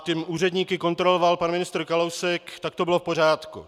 Když úředníky kontroloval pan ministr Kalousek, tak to bylo v pořádku.